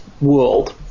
world